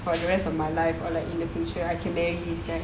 for the rest of my life or like in the future I can marry this guy